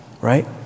right